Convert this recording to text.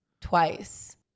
twice